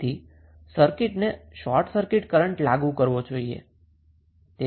તેથી સર્કિટને ચાલો અહી શોર્ટ સર્કિટ કરન્ટ લાગુ કરીએ